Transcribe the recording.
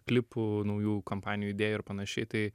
klipų naujų kampanijų idėjų ir panašiai tai